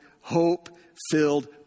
hope-filled